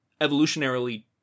evolutionarily